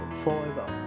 forever